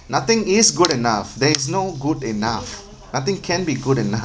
nothing is good enough there is no good enough nothing can be good enough